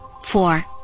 Four